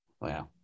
Wow